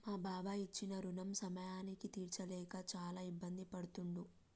మా బాబాయి ఇచ్చిన రుణం సమయానికి తీర్చలేక చాలా ఇబ్బంది పడుతుండు